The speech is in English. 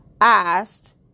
asked